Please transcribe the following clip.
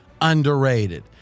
underrated